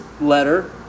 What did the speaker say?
letter